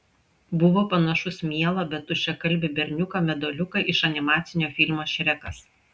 buvo panašus mielą bet tuščiakalbį berniuką meduoliuką iš animacinio filmo šrekas